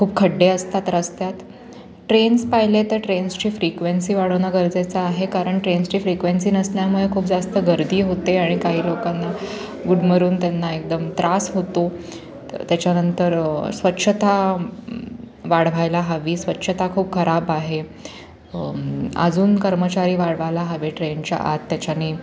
खूप खड्डे असतात रस्त्यात ट्रेन्स पाहिले तर ट्रेन्सची फ्रिक्वेन्सी वाढवणं गरजेचं आहे कारण ट्रेन्सची फ्रिक्वेन्सी नसल्यामुळे खूप जास्त गर्दी होते आणि काही लोकांना गुदमरून त्यांना एकदम त्रास होतो त्याच्यानंतर स्वच्छता वाढवायला हवी स्वच्छता खूप खराब आहे अजून कर्मचारी वाढवायला हवे ट्रेनच्या आत त्याच्याने